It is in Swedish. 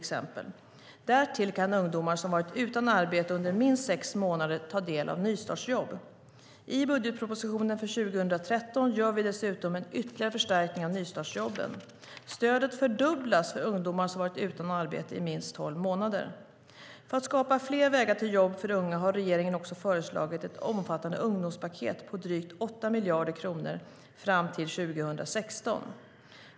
Därtill kan ungdomar som har varit utan arbete under minst sex månader ta del av nystartsjobb. I budgetpropositionen för 2013 gör vi dessutom en ytterligare förstärkning av nystartsjobben. Stödet fördubblas för ungdomar som varit utan arbete i minst tolv månader. För att skapa fler vägar till jobb för unga har regeringen också föreslagit ett omfattande ungdomspaket på drygt 8 miljarder kronor fram till 2016.